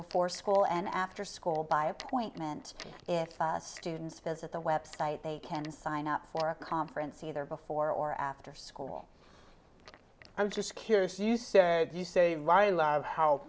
before school and after school by appointment if students visit the website they can sign up for a conference either before or after school i'm just curious you said you say